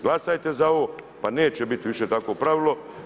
Glasajte za ovo pa neće bit više takvo pravilo.